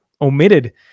omitted